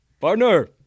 Partner